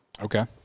okay